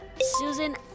Susan